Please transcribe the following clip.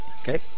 okay